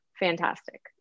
fantastic